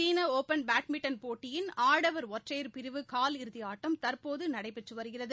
சீன open badminton போட்டியின் ஆடவர் ஒற்றையர் பிரிவு காலிறுதி ஆட்டம் தற்போது நடைபெற்று வருகிறது